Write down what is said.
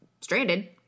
stranded